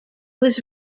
was